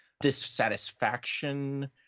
dissatisfaction